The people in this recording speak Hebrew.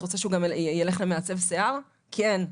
את רוצה גם שהוא ילך למעצב שיער?' כן!